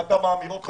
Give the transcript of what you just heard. רק כמה אמירות חשובות.